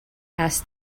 asked